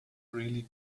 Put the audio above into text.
really